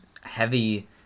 heavy